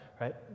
right